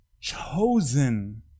Chosen